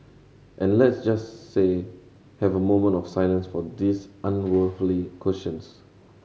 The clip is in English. and let's just see have a moment of silence for these unworldly questions